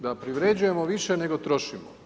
Da privređujemo više nego trošimo.